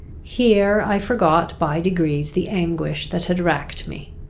here i forgot by degrees the anguish that had racked me.